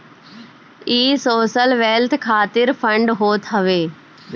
इ social wealth खातिर fund होत हवे